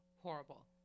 horrible